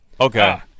Okay